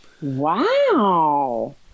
Wow